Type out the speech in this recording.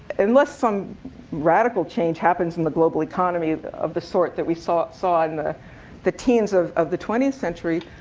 unless some radical change happens in the global economy of the sort that we saw saw in the the teens of of the twentieth century,